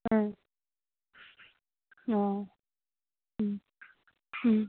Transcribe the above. ꯑꯥ ꯑꯣ ꯎꯝ ꯎꯝ